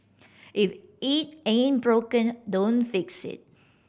if it ain't broken don't fix it